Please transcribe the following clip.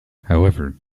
however